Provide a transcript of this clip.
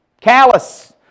Callous